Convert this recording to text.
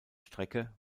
strecke